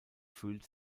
fühlt